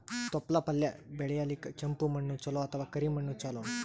ತೊಪ್ಲಪಲ್ಯ ಬೆಳೆಯಲಿಕ ಕೆಂಪು ಮಣ್ಣು ಚಲೋ ಅಥವ ಕರಿ ಮಣ್ಣು ಚಲೋ?